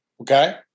Okay